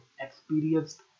experienced